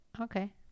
Okay